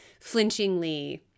flinchingly